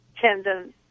tendon